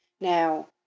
Now